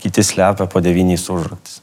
kiti slepia po devyniais užraktais